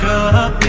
up